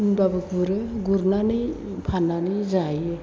होमब्लाबो गुरो गुरनानै फाननानै जायो